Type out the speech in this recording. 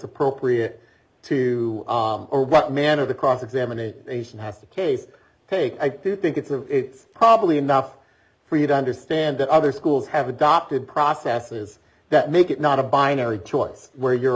appropriate to or what man of the cross examination has the case take i do think it's a it's probably enough for you to understand that other schools have adopted processes that make it not a binary choice where you're